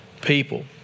people